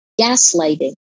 gaslighting